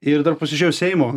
ir dar pasižiūrėjau seimo